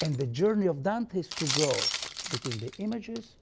and the journey of dante is to go between the images